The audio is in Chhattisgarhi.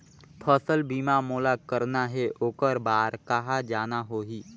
फसल बीमा मोला करना हे ओकर बार कहा जाना होही?